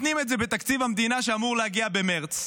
מתנים את זה בתקציב המדינה שאמור להגיע במרץ.